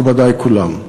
מכובדי כולם,